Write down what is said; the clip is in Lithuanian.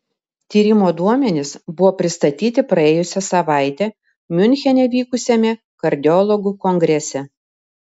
tyrimo duomenys buvo pristatyti praėjusią savaitę miunchene vykusiame kardiologų kongrese